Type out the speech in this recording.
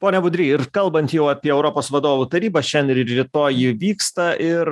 pone budry ir kalbant jau apie europos vadovų tarybą šian ir rytoj ji vyksta ir